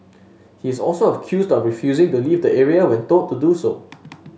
he is also accused of refusing to leave the area when told do so